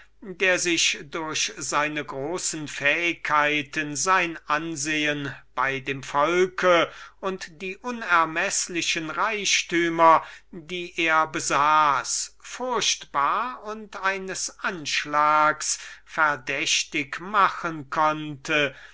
der sich durch seine große fähigkeiten durch sein ansehen bei dem volke und durch die unermeßliche reichtümer die er besaß furchtbar und des projekts verdächtig machen konnte